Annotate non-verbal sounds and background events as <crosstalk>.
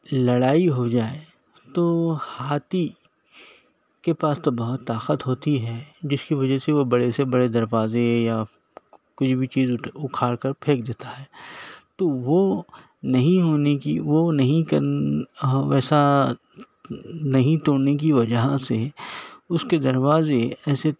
لڑائی ہو جائے تو ہاتھی کے پاس تو بہت طاقت ہوتی ہے جس کی وجہ سے وہ بڑے سے بڑے دروازے یا کچھ بھی چیز اُٹھ اکھاڑ کر پھیک دیتا ہے تو وہ نہیں ہونے کی وہ نہیں <unintelligible> ہاں ویسا نہیں توڑنے کی وجہ سے اس کے دروازے ایسے